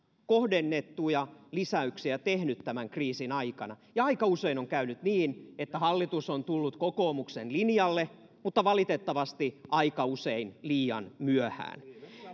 kohdennettuja lisäyksiä tehnyt tämän kriisin aikana aika usein on käynyt niin että hallitus on tullut kokoomuksen linjalle mutta valitettavasti aika usein liian myöhään